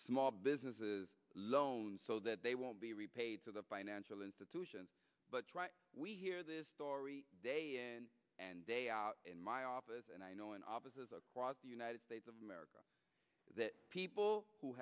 small businesses loans so that they won't be repaid to the financial institutions but we hear this story and they out in my office and i know in offices across the united states of america that people who